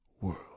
world